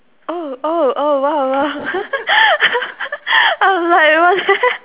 oh oh oh !wow! !wow! I was like what's that